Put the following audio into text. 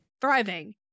thriving